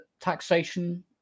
taxation